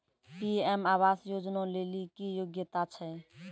PM आवास योजना लेली की योग्यता छै?